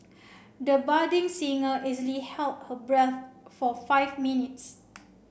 the budding singer easily held her breath for five minutes